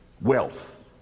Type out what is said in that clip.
wealth